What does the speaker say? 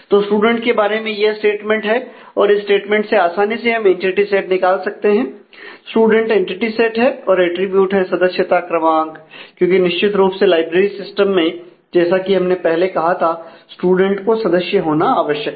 तो स्टूडेंट के बारे में यह स्टेटमेंट है और इस स्टेटमेंट से आसानी से हम एनटीटी सेट निकाल सकते हैं स्टूडेंट एनटीटी सेट है और एट्रिब्यूट हैं सदस्यता क्रमांक क्योंकि निश्चित रूप से लाइब्रेरी सिस्टम में जैसा कि हमने पहले कहा था स्टूडेंट को सदस्य होना आवश्यक है